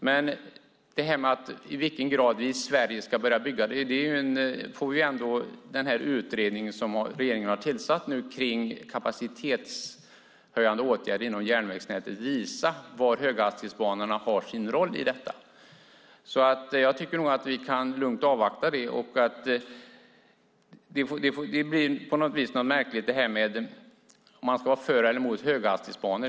Men i vilken grad vi i Sverige ska börja bygga får den utredning visa som regeringen har tillsatt när det gäller kapacitetshöjande åtgärder inom järnvägsnätet. Man får visa var höghastighetsbanor har sin roll i sammanhanget. Jag tycker nog att vi lugnt kan avvakta det. På något vis blir det här med att vara för eller emot höghastighetsbanor märkligt.